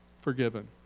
forgiven